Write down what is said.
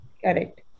Correct